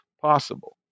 possible